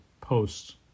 posts